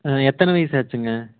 ஆ எத்தனை வயது ஆச்சுங்க